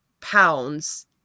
pounds